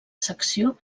secció